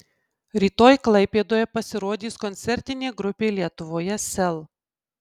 rytoj klaipėdoje pasirodys koncertinė grupė lietuvoje sel